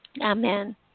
Amen